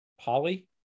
Polly